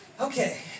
Okay